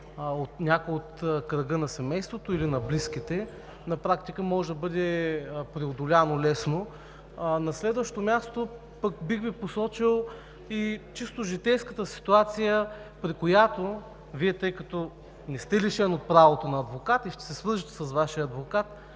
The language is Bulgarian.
с някой от кръга на семейството или на близките, на практика може да бъде лесно преодоляно. На следващо място, бих Ви посочил чисто житейската ситуация: Вие, тъй като не сте лишен от правото си на адвокат и ще се свържете с Вашия адвокат,